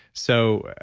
so,